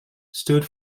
stood